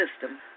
system